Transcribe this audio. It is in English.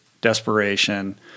desperation